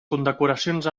condecoracions